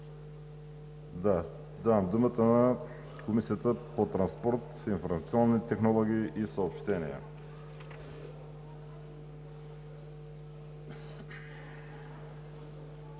на председателя на Комисията по транспорт, информационни технологии и съобщения.